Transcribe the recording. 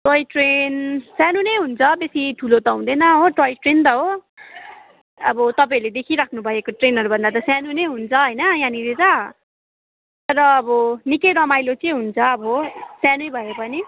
toy train सानो नै हुन्छ बेसी ठुलो त हुँदैन हो टोय ट्रेन त हो अब तपाईँहरूले देखिरहनु भएको ट्रेनहरू भन्दा त सानो नै हुन्छ होइन यहाँनिर त तर अब निकै रमाइलो चाहिँ हुन्छ अब सानै भए पनि